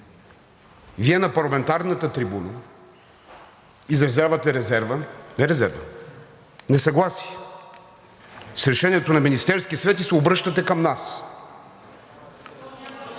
Вие на парламентарната трибуна изразявате резерва – не резерва, несъгласие с решението на Министерския съвет, и се обръщате към нас.